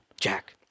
Jack